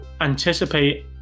anticipate